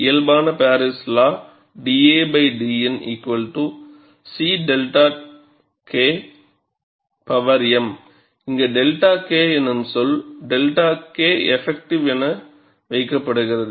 இயல்பான Paris law dadN c𝜹km இங்கே 𝜹k எனும் சொல் 𝜹k எஃபக்ட்டிவ் என வைக்கப்படுகிறது